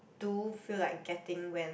do feel like getting when